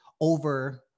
over